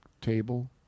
Table